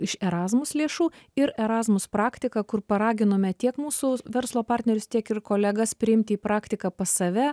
iš erasmus lėšų ir erasmus praktiką kur paraginome tiek mūsų verslo partnerius tiek ir kolegas priimti į praktiką pas save